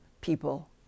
people